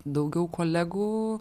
daugiau kolegų